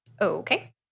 Okay